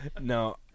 No